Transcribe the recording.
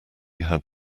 had